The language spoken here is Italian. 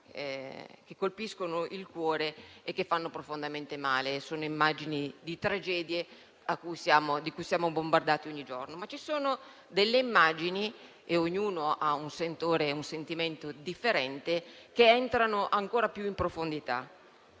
che colpiscono al cuore e fanno profondamente male: sono immagini di tragedie da cui siamo bombardati ogni giorno. Ci sono però delle immagini, rispetto alle quali ognuno ha sentimenti differenti, che entrano ancora più in profondità.